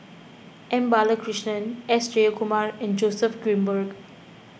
M Balakrishnan S Jayakumar and Joseph Grimberg